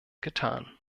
getan